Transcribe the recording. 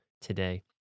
today